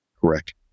Correct